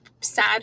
sad